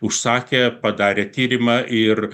užsakė padarė tyrimą ir